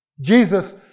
Jesus